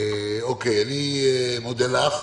אני מודה לך.